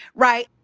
right.